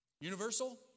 universal